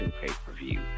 pay-per-view